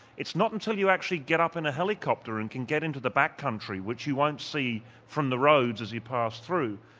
it's not until you actually get up in a helicopter and can get into the back country, which you won't see from the roads as you pass through,